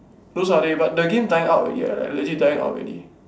so sorry but the game dying out ready ah like legit dying out already